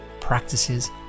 practices